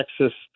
Texas